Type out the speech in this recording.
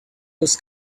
this